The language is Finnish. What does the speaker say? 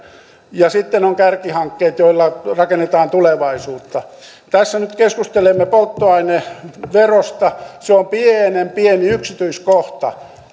ja sitten ovat kärkihankkeet joilla rakennetaan tulevaisuutta tässä nyt keskustelemme polttoaineverosta se on pienen pieni yksityiskohta